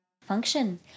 function